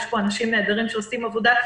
יש פה אנשים נהדרים שעושים עבודה,